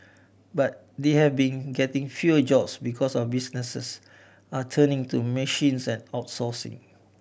but they have been getting fewer jobs because of businesses are turning to machines outsourcing